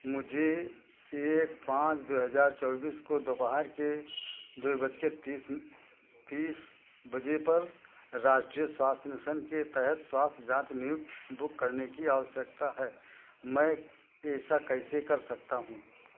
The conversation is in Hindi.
मुझे एक पाँच दो हजार चौबीस को दोपहर के दो बज के तीस तीस बजे पर राष्ट्रीय स्वास्थ्य मिसन के तहत स्वास्थ्य जांच नियुक्ति बुक करने की आवश्यकता है मैं ऐसा कैसे कर सकता हूँ